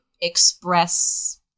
express